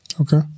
Okay